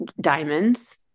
diamonds